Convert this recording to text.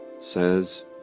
says